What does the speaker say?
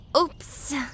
Oops